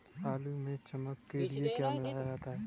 आलू में चमक के लिए क्या मिलाया जाता है?